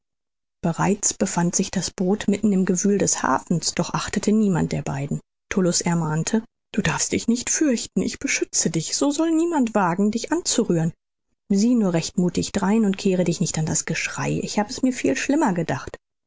bereits befand sich das boot mitten im gewühl des hafens doch achtete niemand der beiden tullus ermahnte du darfst dich nicht fürchten ich beschütze dich es soll niemand wagen dich anzurühren sieh nur recht muthig drein und kehre dich nicht an das geschrei ich habe es mir viel schlimmer gedacht